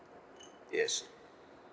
yes